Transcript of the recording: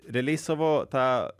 realiai savo tą